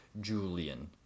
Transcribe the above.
Julian